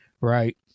right